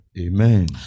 Amen